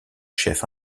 chef